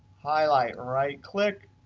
highlight right click,